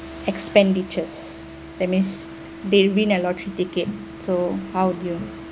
expenditures that means they win a lottery ticket so how would you